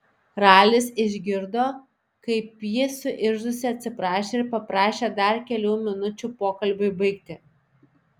ralis išgirdo kaip ji suirzusi atsiprašė ir paprašė dar kelių minučių pokalbiui baigti